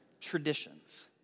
traditions